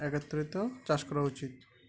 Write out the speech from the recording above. একত্রিত চাষ করা উচিত